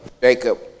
Jacob